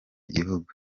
gihugu